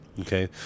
okay